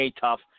tough